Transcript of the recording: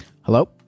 Hello